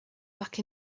back